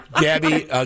Gabby